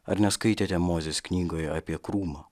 ar neskaitėte mozės knygoje apie krūmą